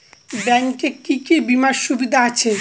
Bank এ কি কী বীমার সুবিধা আছে?